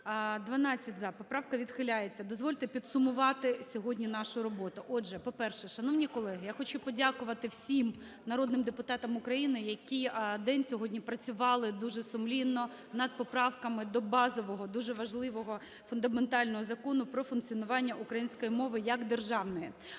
17:44:07 ГОЛОВУЮЧИЙ. Дозвольте підсумувати сьогодні нашу роботу. Отже, по-перше, шановні колеги, я хочу подякувати всім народним депутатам України, які день сьогодні працювали дуже сумлінно над поправками до базового, дуже важливого, фундаментального Закону про функціонування української мови як державної.